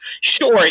Sure